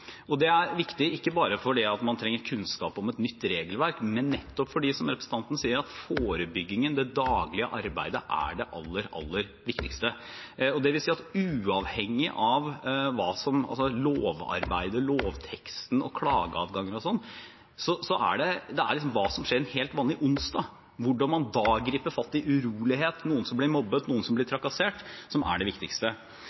Det er viktig, ikke bare fordi man trenger kunnskap om et nytt regelverk, men også fordi – som representanten Tingelstad Wøien sa – forebyggingen og det daglige arbeidet er det aller viktigste. Det vil si at uavhengig av lovarbeid, lovtekst, klageadgang og slikt er det hva som skjer en helt vanlig onsdag – hvordan man griper fatt i urolighet, at noen blir mobbet eller trakassert – som